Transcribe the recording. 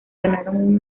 ganaron